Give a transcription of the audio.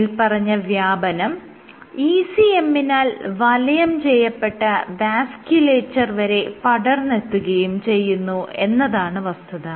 മേല്പറഞ്ഞ വ്യാപനം ECM നാൽ വലയം ചെയ്യപ്പെട്ട വാസ്ക്യുലേച്ചർ വരെ പടർന്നെത്തുകയും ചെയ്യുന്നു എന്നതാണ് വസ്തുത